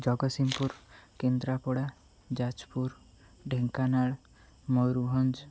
Jagatsinghpur Kendrapara Jajpur Dhenkanal Mayurbhanj